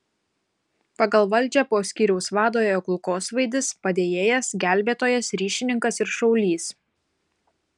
pagal valdžią po skyriaus vado ėjo kulkosvaidis padėjėjas gelbėtojas ryšininkas ir šaulys